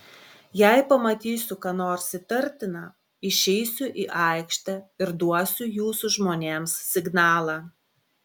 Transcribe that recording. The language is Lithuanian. jei pamatysiu ką nors įtartina išeisiu į aikštę ir duosiu jūsų žmonėms signalą